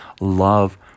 love